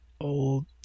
old